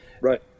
Right